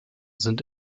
sind